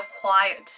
quiet